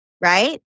right